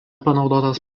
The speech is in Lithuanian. panaudotas